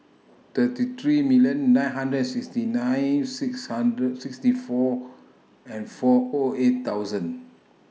thirty three million nine hundred and sixty nine six hundred sixty four and four O eight thousand